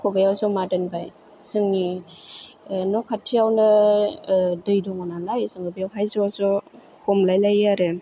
खबाइआव जमा दोनबाय जोंनि न' खाथियावनो दै दङ नालाय जोङो बेयावहाय ज' ज' हमलायलायो आरो